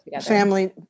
family